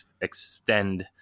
extend